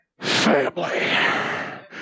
Family